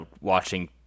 watching –